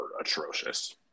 atrocious